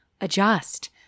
adjust